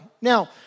Now